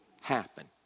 happen